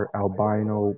albino